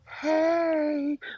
hey